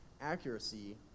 accuracy